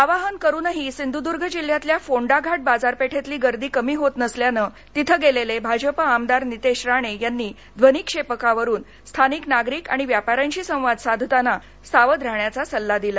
आवाहन करूनही सिंधूद्र्ग िल्ह्यातल्या िंडाघाट बा िरपेठेतली गर्दी काही कमी होत नसल्यान तिथ गेलेले भा प्र आमदार नितेश राणे यांनी ध्वनीक्षेपकावरून स्थानिक नागरिक आणि व्यापाऱ्यांशी संवाद साधताना सावध राहण्याचा सल्ला त्यांनी दिला